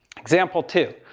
example two.